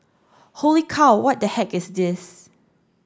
holy cow what the heck is this